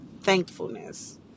thankfulness